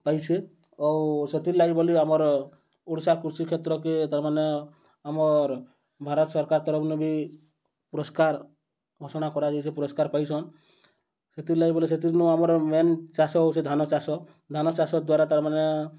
ପାଇଛେ ଆଉ ସେଥିର୍ଲାଗି ବୋଲି ଆମର ଓଡ଼ିଶା କୃଷି କ୍ଷେତ୍ରକେ ତା'ର୍ମାନେ ଆମର୍ ଭାରତ ସରକାର ତରଫ୍ନୁ ବି ପୁରସ୍କାର ଘୋଷଣା କରାଯାଇଛେ ପୁରସ୍କାର ପାଇଛନ୍ ସେଥିର୍ଲାଗି ବୋଲି ସେଥିର୍ନୁ ଆମର୍ ମେନ୍ ଚାଷ ହେଉଛେ ଧାନ ଚାଷ ଧାନ ଚାଷ ଦ୍ଵାରା ତା'ର୍ମାନେ